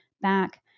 back